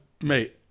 mate